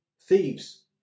thieves